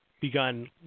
begun